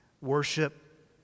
worship